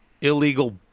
illegal